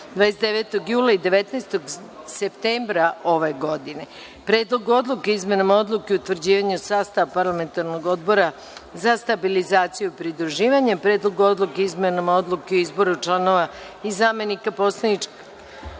od 19. septembra 2016. godine), Predlogu odluke o izmenama Odluke o utvrđivanju sastava Parlamentarnog odbora za stabilizaciju i pridruživanje, Predlogu odluke o izmenama Odluke o izboru članova i zamenika članova